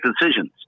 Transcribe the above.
decisions